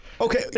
Okay